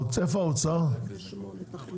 איפה האוצר פה?